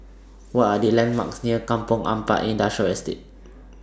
What Are The landmarks near Kampong Ampat Industrial Estate